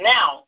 Now